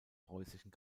preußischen